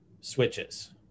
Switches